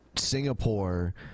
Singapore